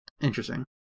Interesting